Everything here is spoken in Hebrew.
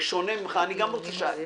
שונה ממך אני גם רוצה לפתח,